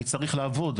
אני צריך לעבוד,